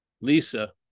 Lisa